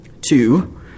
Two